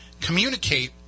communicate